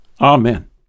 Amen